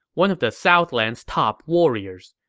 one of the southlands' top warriors.